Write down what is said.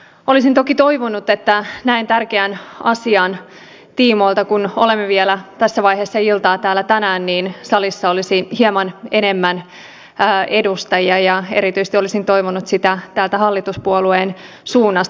olisin toki toivonut että näin tärkeän asian tiimoilta kun olemme vielä tässä vaiheessa iltaa täällä tänään salissa olisi hieman enemmän edustajia ja erityisesti olisin toivonut sitä hallituspuolueen suunnasta